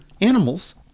animals